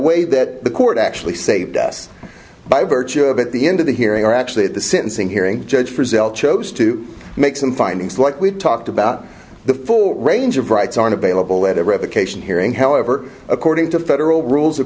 way that the court actually saved us by virtue of at the end of the hearing or actually at the sentencing hearing judge for sale chose to make some findings like we've talked about the full range of rights are available at a revocation hearing however according to federal rules